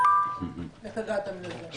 איך הגעתם לזה?